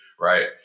Right